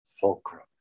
fulcrum